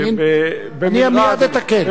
אני מייד אתקן.